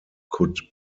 could